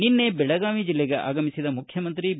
ನಿನ್ನೆ ಬೆಳಗಾವಿ ಜಿಲ್ಲೆಗೆ ಆಗಮಿಸಿದ ಮುಖ್ಯಮಂತ್ರಿ ಬಿ